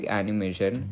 animation